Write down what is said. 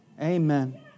Amen